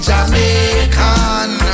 Jamaican